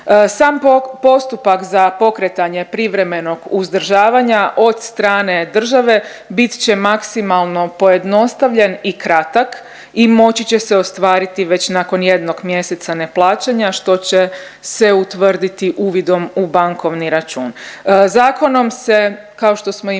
Sam postupak za pokretanje privremenog uzdržavanja od strane države, bit će maksimalno pojednostavljen i kratak i moći će se ostvariti već nakon jednog mjeseca neplaćanja, što će se utvrditi uvidom u bankovni račun. Zakonom se kao što smo